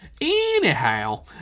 Anyhow